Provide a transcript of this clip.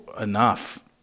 enough